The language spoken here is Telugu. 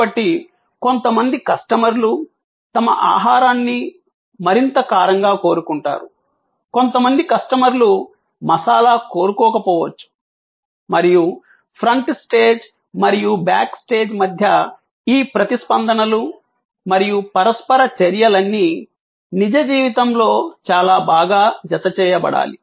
కాబట్టి కొంతమంది కస్టమర్లు తమ ఆహారాన్ని మరింత కారంగా కోరుకుంటారు కొంతమంది కస్టమర్లు మసాలా కోరుకోకపోవచ్చు మరియు ఫ్రంట్ స్టేజ్ మరియు బ్యాక్ స్టేజ్ మధ్య ఈ స్పందనలు మరియు పరస్పర చర్యలన్నీ నిజ జీవితంలో చాలా బాగా జతచేయబడాలి